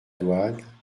douane